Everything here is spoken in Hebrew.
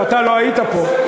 ואתה לא היית פה.